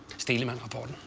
steeleman report.